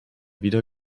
wieder